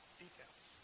details